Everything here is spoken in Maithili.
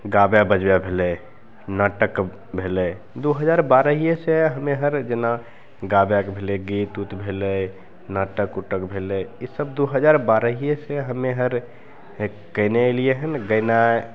गाबै बजबै भेलै नाटक भेलै दुइ हजार बारहे से हमे आओर जेना गाबैके भेलै गीत उत भेलै नाटक उटक भेलै ईसब दुइ हजार बारहेसे हमे आओर कएने अएलिए हँ गेनाइ